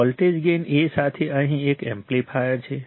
voltage gain A સાથે અહીં એક એમ્પ્લીફાયર છે